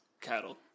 cattle